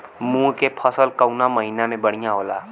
मुँग के फसल कउना महिना में बढ़ियां होला?